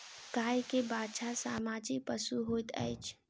गाय के बाछा सामाजिक पशु होइत अछि